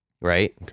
right